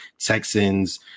Texans